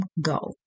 Go